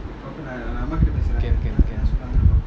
can can can